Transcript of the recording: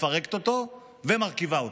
מפרקת אותו ומרכיבה אותו.